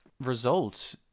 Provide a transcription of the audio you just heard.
result